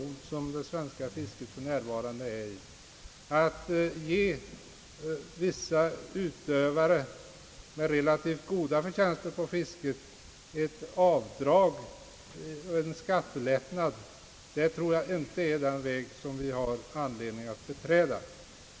Att ge en skattelättnad åt vissa yrkesutövare med relativt goda förtjänster på fisket, det är en väg som jag inte tror att vi har anledning att beträda.